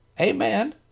Amen